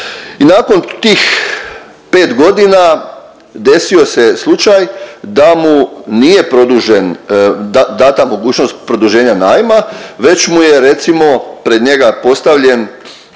i nakon tih 5.g. desio se slučaj da mu nije produžen, da…, data mogućnost produženja najma već mu je recimo pred njega postavljen